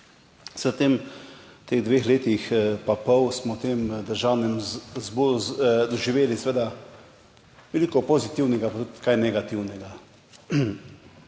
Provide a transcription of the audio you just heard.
v tem, v teh dveh letih pa pol smo v tem Državnem zboru doživeli seveda veliko pozitivnega, pa tudi kaj negativnega.